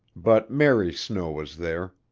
but mary snow was there.